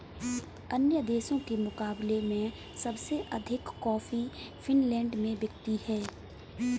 अन्य देशों के मुकाबले में सबसे अधिक कॉफी फिनलैंड में बिकती है